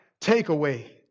takeaway